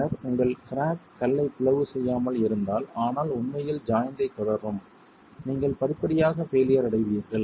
பின்னர் உங்கள் கிராக் கல்லை பிளவு செய்யாமல் இருந்தால் ஆனால் உண்மையில் ஜாய்ண்ட் ஐ தொடரும் நீங்கள் படிப்படியாக பெய்லியர் அடைவீர்கள்